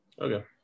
Okay